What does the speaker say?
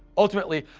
ultimately,